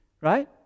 right